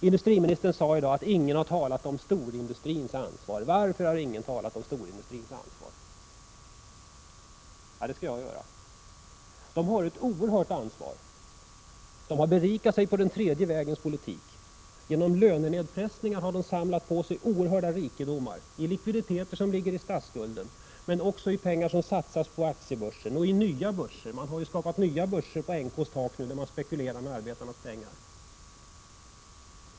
Industriministern frågade i dag varför ingen har talat om storindustrins ansvar. Jag skall göra det. Storföretagen har ett oerhört ansvar. De har berikat sig på den tredje vägens politik. Genom lönenedpressningar har de samlat på sig oerhörda rikedomar, i likviditeter som ligger i statsskulden, men också i pengar som satsas på aktiebörsen och på nya börser. Bolagen har skapat nya börser på NK:s tak där de spekulerar med arbetarnas pengar.